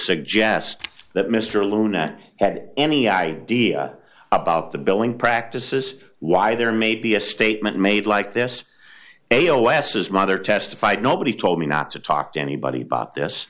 suggest that mr luna had any idea about the billing practices why there may be a statement made like this a o s his mother testified nobody told me not to talk to anybody bought this